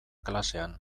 klasean